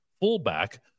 fullback